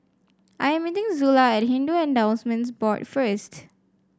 I am meeting Zula at Hindu Endowments Board first